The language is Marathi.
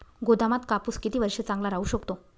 गोदामात कापूस किती वर्ष चांगला राहू शकतो?